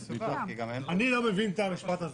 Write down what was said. אמרתי לך שהנתונים האלה לא --- אני לא מבין את המשפט הזה.